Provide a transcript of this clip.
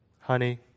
honey